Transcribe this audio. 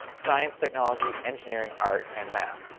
science, technology, engineering, art, and math.